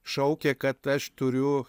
šaukė kad aš turiu